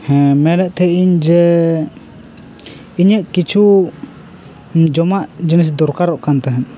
ᱦᱮᱸ ᱢᱮᱱᱮᱛ ᱛᱟᱦᱮᱸᱜ ᱤᱧ ᱡᱮ ᱤᱧᱟᱹᱜ ᱠᱤᱪᱷᱩ ᱡᱚᱢᱟᱜ ᱡᱤᱱᱤᱥ ᱫᱚᱨᱠᱟᱨᱚᱜ ᱠᱟᱱ ᱛᱟᱦᱮᱱ